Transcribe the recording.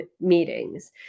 meetings